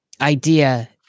idea